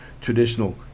traditional